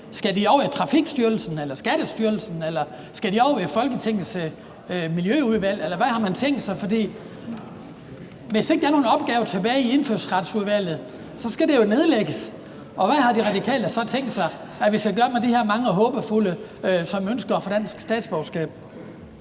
Skal de over i Trafikstyrelsen eller Skattestyrelsen, eller skal de over i Folketingets Miljøudvalg, eller hvad har man tænkt sig? For hvis ikke der er nogen opgaver tilbage i Indfødsretsudvalget, skal det jo nedlægges, og hvad har De Radikale så tænkt sig vi skal gøre med de her mange håbefulde, som ønsker at få dansk statsborgerskab?